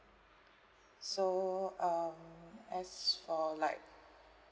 so um as for like